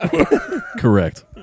Correct